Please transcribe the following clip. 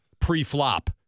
pre-flop